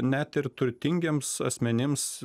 net ir turtingiems asmenims